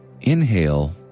Inhale